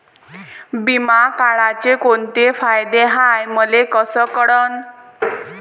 बिमा काढाचे कोंते फायदे हाय मले कस कळन?